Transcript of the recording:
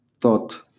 thought